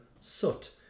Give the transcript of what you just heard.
soot